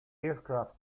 aircraft